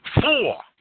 Four